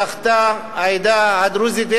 זכתה העדה הדרוזית.